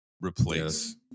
replace